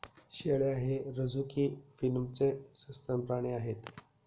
शेळ्या हे रझुकी फिलमचे सस्तन प्राणी आहेत